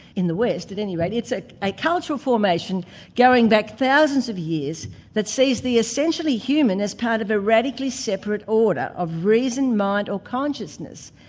in the west at any rate, it's like a cultural formation going back thousands of years that sees the essentially human as part of a radically separate order of reason, might or consciousness,